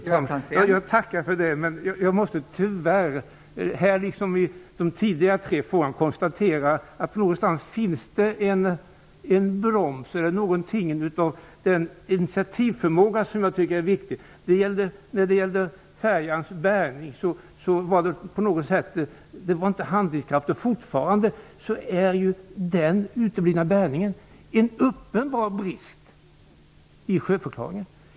Fru talman! Jag tackar för det, men jag måste tyvärr här, liksom i de tre tidigare frågorna, konstatera att det finns en broms någonstans när det gäller den initiativförmåga som jag tycker är viktig. När det gällde bärgningen av färjan fanns det ingen handlingskraft. Den uteblivna bärgningen är ju fortfarande en uppenbar brist i sjöförklaringen.